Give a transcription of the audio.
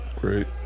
great